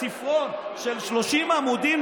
בספרון בן 30 עמודים,